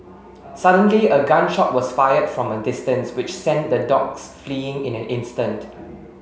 suddenly a gun shot was fired from a distance which sent the dogs fleeing in an instant